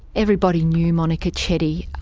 everybody knew monika chetty.